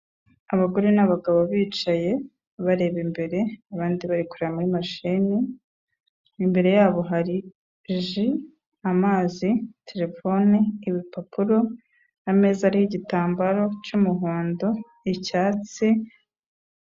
Abagore n'abagabo bicaye, bareba imbere, abandi bari kureba muri mashine, imbere yabo hari ji, amazi, terefone, ibipapuro, ameza ariho igitambaro cy'umuhondo, icyatsi.